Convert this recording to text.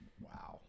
Wow